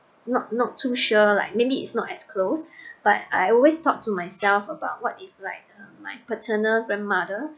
not not too sure like maybe it's not as close but I always talked to myself about what if like my paternal grandmother